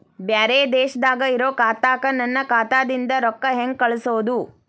ಬ್ಯಾರೆ ದೇಶದಾಗ ಇರೋ ಖಾತಾಕ್ಕ ನನ್ನ ಖಾತಾದಿಂದ ರೊಕ್ಕ ಹೆಂಗ್ ಕಳಸೋದು?